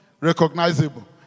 recognizable